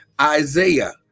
Isaiah